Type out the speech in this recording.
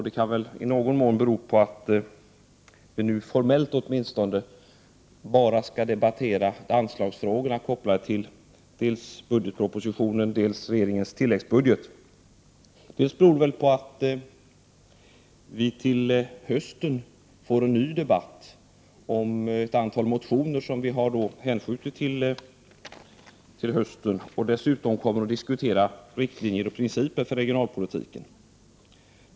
Det kan väl i någon mån bero på att vi nu, formellt åtminstone, bara skall debattera anslagsfrågorna, kopplade dels till budgetpropositionen, dels till den av regeringen föreslagna tilläggsbudgeten. Vi får senare i år en ny debatt om ett antal motioner, som skjutits upp till hösten, då vi dessutom kommer att diskutera riktlinjer och principer för regionalpolitiken.